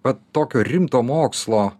vat tokio rimto mokslo